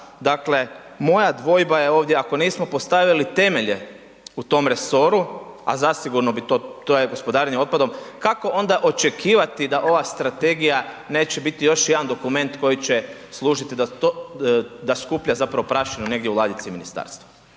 Dakle, moja dvojba je ovdje ako nismo postavili temelje u tom resoru, a zasigurno bi to, to je gospodarenje otpadom, kako onda očekivati da ova strategija neće biti još jedan dokument koji će služiti da to, da skuplja zapravo prašinu negdje u ladici ministarstva?